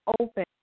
open